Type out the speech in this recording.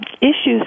issues